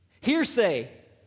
Hearsay